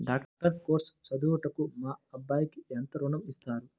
Doctor course చదువుటకు మా అబ్బాయికి ఎంత ఋణం ఇస్తారు?